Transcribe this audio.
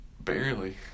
Barely